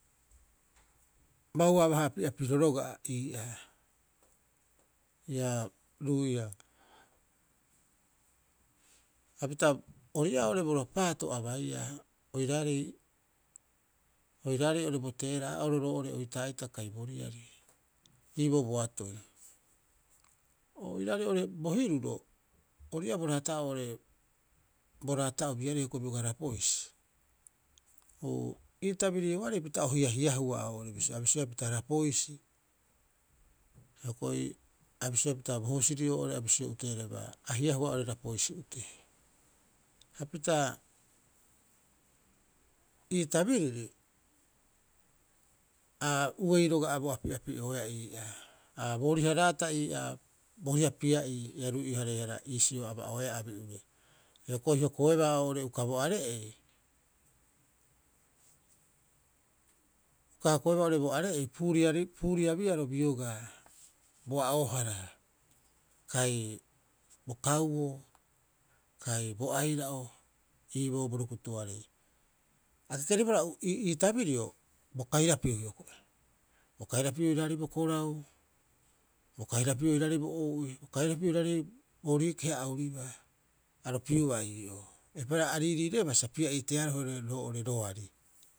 Bauaabaha api'apiriro roga'a ii'aa ia ruiia. Hapita ori ii'aa oo'ore bo rapaato abaiia oiraarei oiraarei bo teera'oro roo'ore oita'itaai bo riari iiboo boatoi. Oiraarei oo'ore bo hiruro orii'a b raata'oo oo'ore bo raata'obiarei biogaa rapoisi uu, ii tabirioarei pita o hiahiahua oo'ore a bisioea pita rapoisi, hioko'i a bisioea pita bo husiri oo'ore a bisio uteereba hiahua oo'ore rapoisi utee. Hapita ii tabiriri a uei roga'a bo apiapi'ooea ii'aa, aa booriha raata ii'aa booriha pia'ii a iisio ruihareehara ii sio aba'oea abi'ure, hioko'i hokoeba oo'ore uka bo are'ei, uka hokoebaa oo'ore uka bo are'ei puuriabiaro biogaa bo a'oohara, kai bo kauoo, kai bo aira'o iiboo bo rukutuarei. A kekeribohara ii tabirio bo kairapiu hioko'i, bo kirapiu oiraarei bo korau, bo kairapi oiraarei bo ou'i bo kairapiu oiraarei boorii keha a ouribaa, aro piuba ii'oo, eipaareha riiriireba sa pia'ii tearohe roo'ore roari.